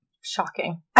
Shocking